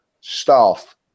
staff